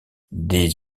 des